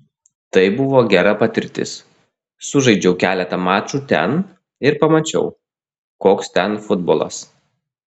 tai buvo gera patirtis sužaidžiau keletą mačų ten ir pamačiau koks ten futbolas